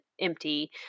empty